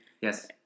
Yes